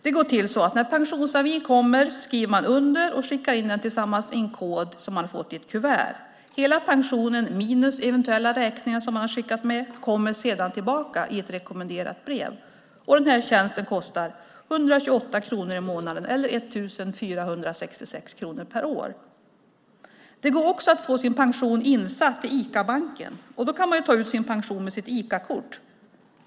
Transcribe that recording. Det går till så att när pensionsavin kommer skriver man under och skickar in den tillsammans med en kod i ett kuvert som man har fått. Hela pensionen minus eventuella räkningar som man skickat med kommer sedan tillbaka i ett rekommenderat brev. Den här tjänsten kostar 128 kronor i månaden eller 1 466 kronor per år. Det går också att få sin pension insatt på Icabanken, och då kan man ta ut sin pension med sitt Icakort.